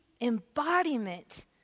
embodiment